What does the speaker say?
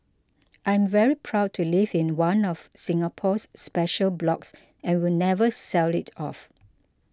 I'm very proud to live in one of Singapore's special blocks and will never sell it off